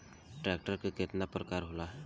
Tractor के केतना प्रकार होला?